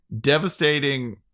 devastating